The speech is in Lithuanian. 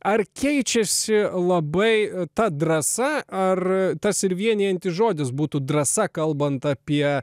ar keičiasi labai ta drąsa ar tas ir vienijantis žodis būtų drąsa kalbant apie